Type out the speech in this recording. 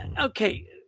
okay